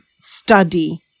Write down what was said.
study